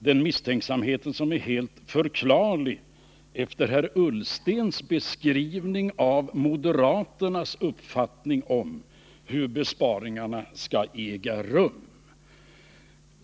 Den misstänksamheten är helt förklarlig efter herr Ullstens beskrivning av moderaternas uppfattning om hur besparingarna skall göras.